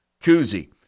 koozie